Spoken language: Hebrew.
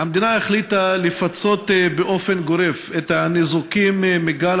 המדינה החליטה לפצות באופן גורף את הניזוקים מגל